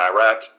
Iraq